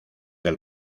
del